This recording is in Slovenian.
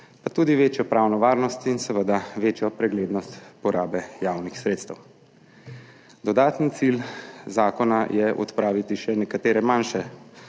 pa tudi večjo pravno varnost in seveda večjo preglednost porabe javnih sredstev. Dodaten cilj zakona je odpraviti še nekatere manjše